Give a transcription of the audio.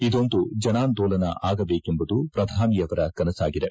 ಇದೊಂದು ಜನಾಂದೋಲನ ಆಗಬೇಕೆಂಬುದು ಪ್ರಧಾನಿಯವರ ಕನಸಾಗಿದೆ